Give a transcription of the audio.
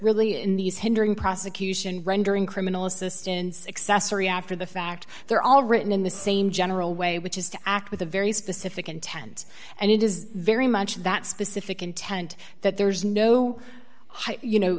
really in these hindering prosecution rendering criminal assistance accessory after the fact they're all written in the same general way which is to act with a very specific intent and it is very much that specific intent that there's no you know